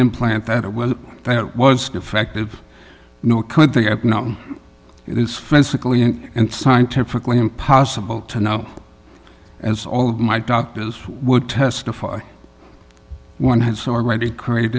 implant that well that was effective nor could they have not it is physically and scientifically impossible to know as all of my doctors would testify one has already created